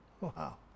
wow